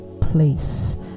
place